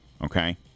okay